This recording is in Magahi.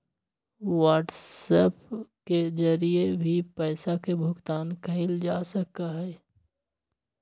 व्हाट्सएप के जरिए भी पैसा के भुगतान कइल जा सका हई